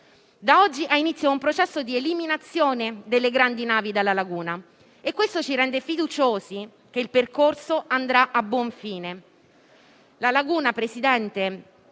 Da oggi ha inizio un processo di eliminazione delle grandi navi dalla laguna e questo ci rende fiduciosi che il percorso andrà a buon fine.